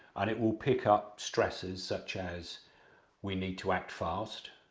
and it will pick up stressors, such as we need to act fast.